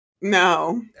No